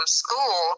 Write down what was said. school